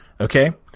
Okay